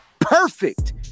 perfect